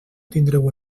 tindreu